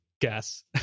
guess